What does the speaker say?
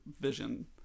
vision